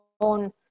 own